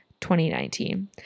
2019